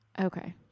Okay